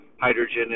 hydrogen